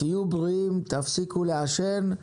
תהיו בריאים, תפסיקו לעשן.